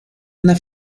una